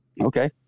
Okay